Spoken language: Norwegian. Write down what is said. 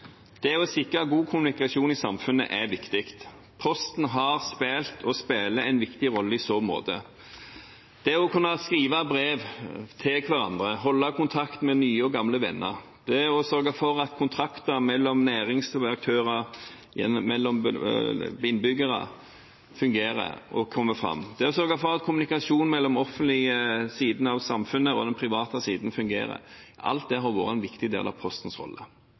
Det å sikre god kommunikasjon i samfunnet er viktig. Posten har spilt og spiller en viktig rolle i så måte. Det å kunne skrive brev til hverandre, holde kontakten med nye og gamle venner, det å sørge for at kontrakter mellom næringsaktører og innbyggere kommer fram, det å sørge for at kommunikasjonen mellom den offentlige og den private siden av samfunnet fungerer – alt det har vært en viktig del av Postens rolle.